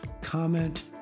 comment